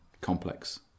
complex